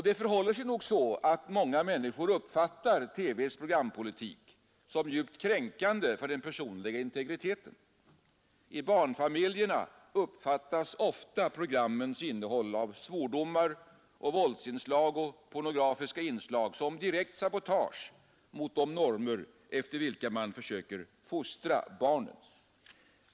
Det förhåller sig nog så att många människor uppfattar TV:s programpolitik som djupt kränkande för den personliga integriteten. I barnfamiljerna uppfattas ofta programmens innehåll av svordomar, våldsinslag och pornografiska inslag som direkt sabotage mot de normer efter vilka man försöker fostra barnen.